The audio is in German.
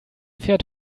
fährt